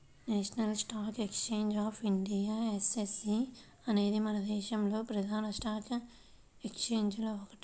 national stock exchange of India NSE అనేది మన దేశంలోని ప్రధాన స్టాక్ ఎక్స్చేంజిల్లో ఒకటి